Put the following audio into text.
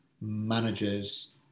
managers